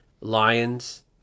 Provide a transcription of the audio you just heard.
Lions